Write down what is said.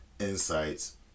insights